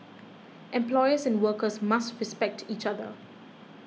employers and workers must respect each other